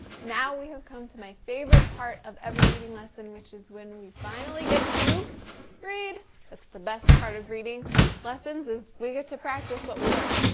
now we have come to my favorite part of every reading lesson, which is when we finally get to read, that's the best part of reading lessons, as we get to practice what we learned.